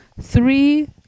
Three